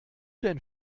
denn